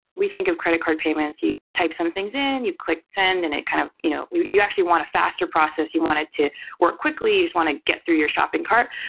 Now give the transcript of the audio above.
we think of credit card payments, you type some things in, you click send and it kind of you know you you actually want a faster process, you want it to work quickly, you just want to get through your shopping cart.